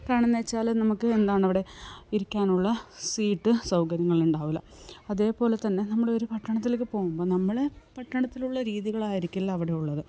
കാരണമെന്നുവെച്ചാല് നമുക്ക് എന്താണവിടെ ഇരിക്കാനുള്ള സീറ്റ് സൗകര്യങ്ങളുണ്ടാവില്ല അതേപോലെ തന്നെ നമ്മളൊരു പട്ടണത്തിലേക്ക് പോവുമ്പോള് നമ്മളെ പട്ടണത്തിലുള്ള രീതികളായിരിക്കില്ല അവിടെ ഉള്ളത്